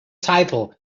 title